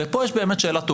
ופה יש באמת שאלה טובה.